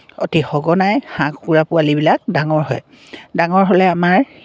অতি সঘনাই হাঁহ কুকুৰা পোৱালিবিলাক ডাঙৰ হয় ডাঙৰ হ'লে আমাৰ